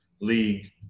League